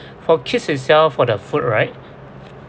for kids itself for the food right